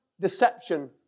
deception